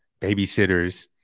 babysitters